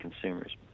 consumers